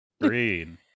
green